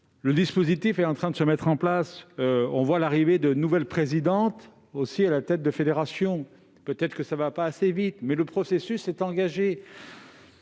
Le dispositif est en train de se mettre en place. De nouvelles présidentes arrivent à la tête de fédérations. Peut-être cela ne va-t-il pas assez vite, mais le processus est engagé